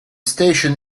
station